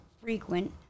frequent